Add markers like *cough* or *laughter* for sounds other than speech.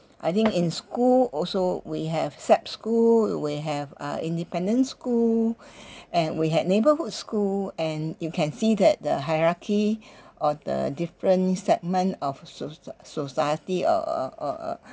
I think in school also we have SAP school we have uh independent school *breath* and we have neighbourhood school and you can see that the hierarchy of the different segments of socie~ society uh uh uh uh